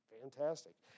Fantastic